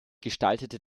gestaltete